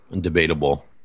Debatable